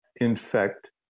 infect